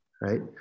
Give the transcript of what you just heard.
right